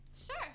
Sure